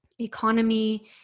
economy